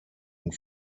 und